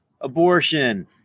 abortion